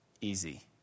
easy